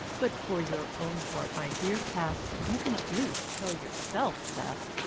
but for your own part, my dear pastor, you can at least tell yourself that